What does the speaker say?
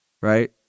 Right